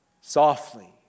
softly